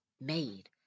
made